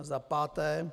Za páté.